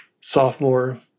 sophomore